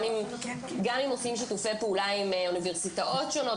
גם הם עושים שיתופי פעולה עם אוניברסיטאות שונות,